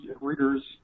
readers